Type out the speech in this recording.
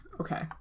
Okay